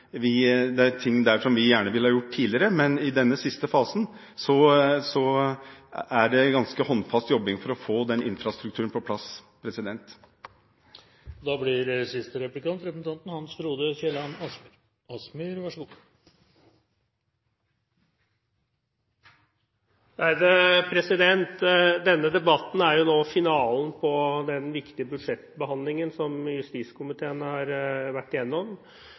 vi gjerne ville gjort tidligere, men i denne siste fasen er det ganske hard jobbing som må til for å få den infrastrukturen på plass. Denne debatten er finalen på den viktige budsjettbehandlingen som justiskomiteen har vært